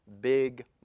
big